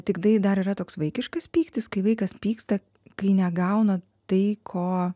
tiktai dar yra toks vaikiškas pyktis kai vaikas pyksta kai negauna tai ko